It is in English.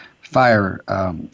fire